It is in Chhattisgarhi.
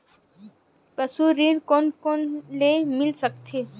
पशु ऋण कोन कोन ल मिल सकथे?